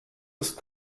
ist